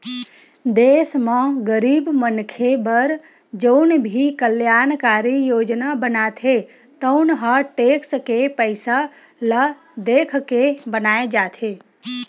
देस म गरीब मनखे बर जउन भी कल्यानकारी योजना बनथे तउन ह टेक्स के पइसा ल देखके बनाए जाथे